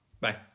Bye